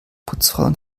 putzfrauen